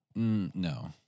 No